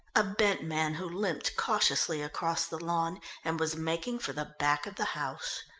a bent man who limped cautiously across the lawn and was making for the back of the house.